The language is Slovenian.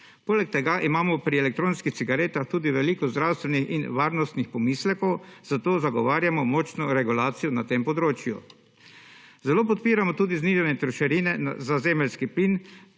Poleg tega imamo pri elektronskih cigaretah tudi veliko zdravstvenih in varnostnih pomislekov, zato zagovarjamo močno regulacijo na tem področju. Zelo podpiramo tudi znižanje trošarine za zemeljski plin